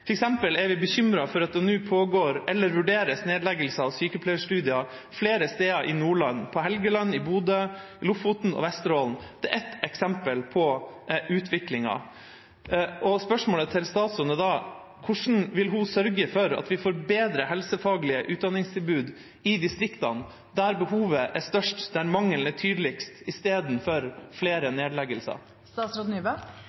er vi bekymret for at det nå pågår eller vurderes nedleggelse av sykepleiestudier flere steder i Nordland, på Helgeland, i Bodø og i Lofoten og Vesterålen. Det er ett eksempel på utviklingen. Spørsmålet til statsråden er da: Hvordan vil hun sørge for bedre helsefaglige utdanningstilbud i distriktene, der behovet er størst, der mangelen er tydeligst, istedenfor flere